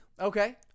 Okay